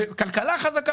כלכלה חזקה,